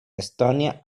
estonia